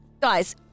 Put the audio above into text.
guys